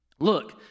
Look